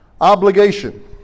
Obligation